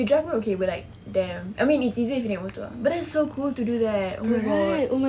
the driver okay will like damn I mean it's easy if you naik motor ah but then it's so cool to do that oh my god